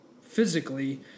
physically